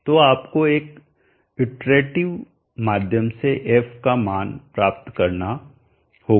तो आपको एक इट्रैटीव माध्यम से f का मान प्राप्त करना होगा